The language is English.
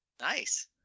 Nice